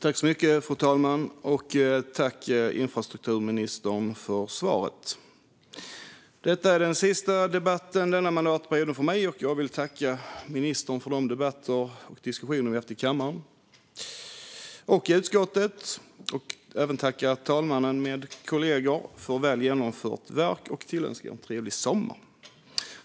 Fru talman! Jag tackar infrastrukturministern för svaret. Detta är den sista debatten denna mandatperiod för mig, och jag vill tacka ministern för de debatter och diskussioner som vi har haft i kammaren och i utskottet. Jag vill även tacka talmannen med kollegor för ett väl genomfört arbete. Jag tillönskar alla en trevlig sommar.